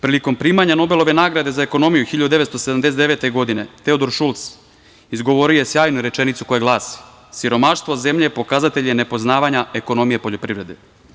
Prilikom primanja Nobelove nagrade za ekonomiju 1979. godine, Teodor Šulc izgovorio je sjajnu rečenicu koja glasi – siromaštvo zemlje pokazatelj je nepoznavanja ekonomije poljoprivrede.